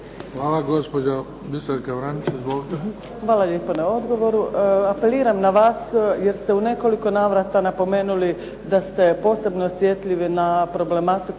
**Vranić, Biserka (SDP)** Hvala lijepo na odgovoru. Apeliram na vas jer ste u nekoliko navrata napomenuli da ste posebno osjetljivi na problematiku